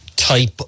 Type